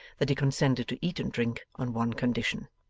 that he consented to eat and drink on one condition.